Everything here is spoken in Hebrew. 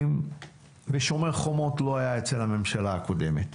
"שומר החומות" לא היה אצל הממשלה הקודמת.